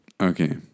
Okay